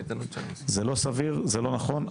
זה לא נכון.